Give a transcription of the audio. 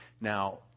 Now